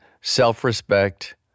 self-respect